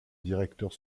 directeur